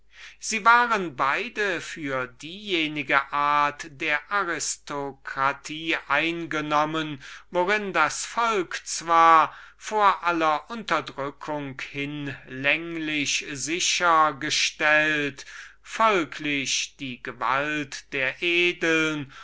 beide waren für diejenige art der aristokratie worin das volk zwar vor aller unterdrückung hinlänglich sicher gestellt folglich die gewalt der edeln